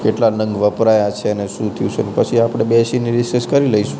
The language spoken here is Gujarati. કેટલાં નંગ વપરાયા છે અને શું થયું છે ને પછી આપણે બેસીને વિશેષ કરી લઇશું